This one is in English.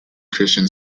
christian